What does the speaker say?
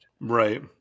Right